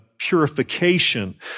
Purification